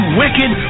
wicked